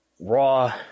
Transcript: raw